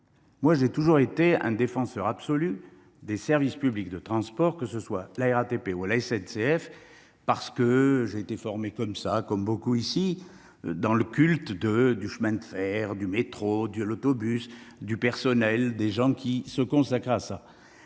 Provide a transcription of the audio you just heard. J’ai toujours été un défenseur absolu des services publics de transport, que ce soit la RATP ou la SNCF, parce que j’ai été élevé, comme beaucoup d’autres ici, dans le culte du chemin de fer, du métro, de l’autobus et du respect des personnels qui s’y consacrent.